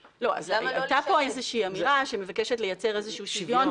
הייתה פה איזושהי אמירה שמבקשת לייצר איזשהו שוויון